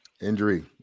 Injury